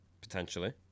Potentially